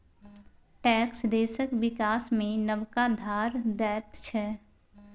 tax देशक बिकास मे नबका धार दैत छै